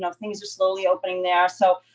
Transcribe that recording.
and things are slowly opening there. so,